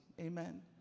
Amen